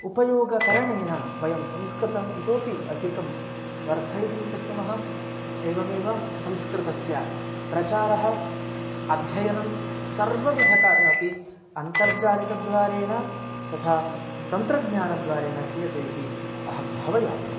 उपयोगकरणेन वयं संस्कृतम् इतोऽपि अधिकं वर्धयितुं शक्नुमः एवमेव संस्कृतस्य प्रचारः अध्ययनं सर्वविधकार्यमपि अन्तर्जालिकद्वारेण तथा तन्त्रज्ञानद्वारेण क्रियते इति अहं भावयामि